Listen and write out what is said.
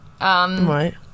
Right